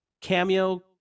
cameo